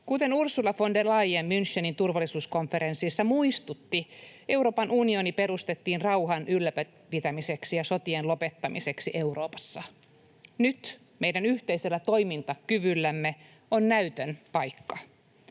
Kuten Ursula von der Leyen Münchenin turvallisuuskonferenssissa muistutti, Euroopan unioni perustettiin rauhan ylläpitämiseksi ja sotien lopettamiseksi Euroopassa. Nyt meidän yhteisellä toimintakyvyllämme on näytön paikka.